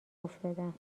افتادم